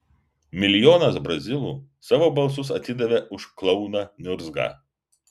milijonas brazilų savo balsus atidavė už klouną niurzgą